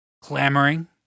clamoring